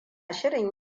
shirin